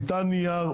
ניתן נייר,